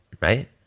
right